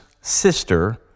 sister